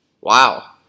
Wow